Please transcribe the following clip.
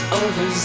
over